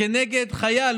כנגד חייל,